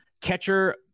catcher